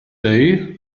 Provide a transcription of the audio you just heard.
day